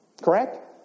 correct